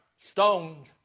stones